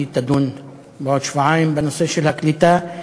היא תדון בעוד שבועיים בנושא של הקליטה.